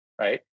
right